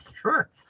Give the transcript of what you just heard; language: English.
sure